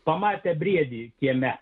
pamatę briedį kieme